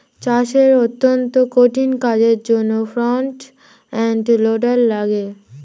চাষের অত্যন্ত কঠিন কাজের জন্যে ফ্রন্ট এন্ড লোডার লাগে